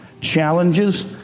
challenges